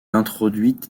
introduite